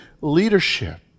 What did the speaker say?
leadership